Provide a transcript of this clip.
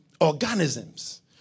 organisms